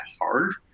hard